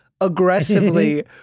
aggressively